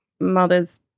mother's